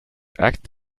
act